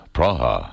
Praha